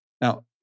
Now